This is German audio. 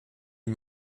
die